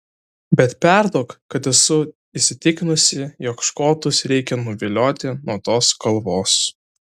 bet perduok kad esu įsitikinusi jog škotus reikia nuvilioti nuo tos kalvos